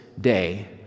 day